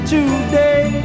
Today